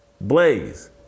Blaze